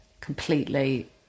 completely